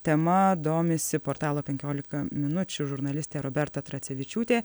tema domisi portalo penkiolika minučių žurnalistė roberta tracevičiūtė